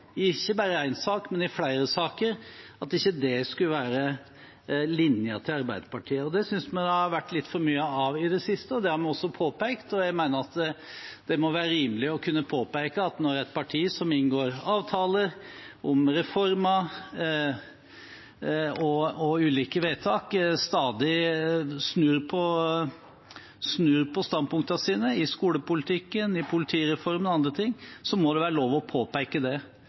ikke bare i én sak, men i flere saker, skal være linjen til Arbeiderpartiet. Det synes vi det har vært litt for mye av i det siste, og det har vi også påpekt. Jeg mener det må være rimelig å kunne påpeke det når et parti som inngår avtaler om reformer og ulike vedtak, stadig snur i standpunktene sine – i skolepolitikken, i politireformen og i andre ting. Det må være lov å påpeke det.